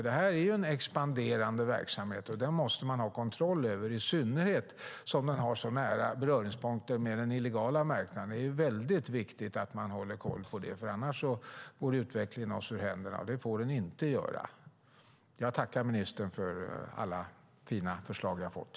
Detta är en expanderande verksamhet, och den måste man ha kontroll över, i synnerhet som den har så nära beröringspunkter med den illegala marknaden. Det är väldigt viktigt att man håller koll på det. Annars går utvecklingen oss ur händerna, och det får den inte göra. Jag tackar ministern för alla fina förslag vi har fått.